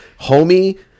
Homie